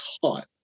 taught